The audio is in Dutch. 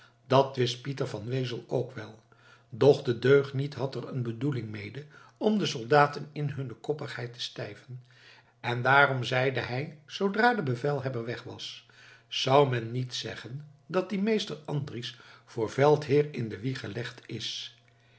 dat wist pieter van wezel ook wel doch de deugniet had er een bedoeling mede om de soldaten in hunne koppigheid te stijven en daarom zeide hij zoodra de bevelhebber weg was zou men niet zeggen dat die meester andries voor veldheer in de wieg gelegd is